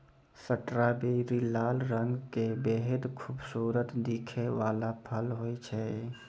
strawberry लाल रंग के बेहद खूबसूरत दिखै वाला फल होय छै